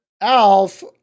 Alf